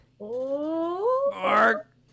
Mark